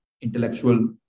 intellectual